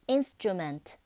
Instrument